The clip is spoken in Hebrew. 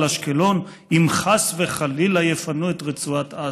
אשקלון אם חס וחלילה יפנו את רצועת עזה?"